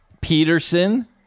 Peterson